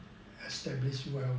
will be established well